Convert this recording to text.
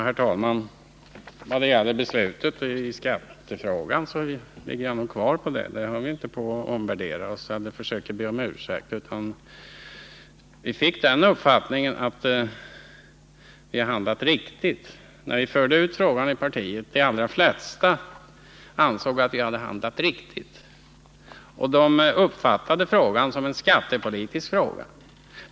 Herr talman! Beträffande beslutet i skattefrågan vill jag säga att vi håller fast vid vår ståndpunkt. Där omvärderar vi inte och försöker inte be om ursäkt. Efter att ha fört ut frågan i partiet fick vi uppfattningen att vi handlat riktigt. De allra flesta ansåg att vi hade handlat riktigt och uppfattade frågan som en skattepolitisk fråga.